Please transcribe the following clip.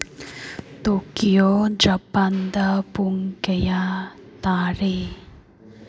Tokyo ꯖꯄꯥꯟꯗ ꯄꯨꯡ ꯀꯌꯥ ꯇꯥꯔꯦ